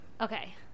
okay